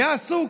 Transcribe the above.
היה עסוק.